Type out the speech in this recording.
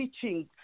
teaching